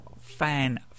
fan